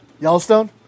Yellowstone